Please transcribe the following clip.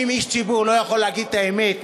אם איש ציבור לא יכול להגיד את האמת,